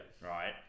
right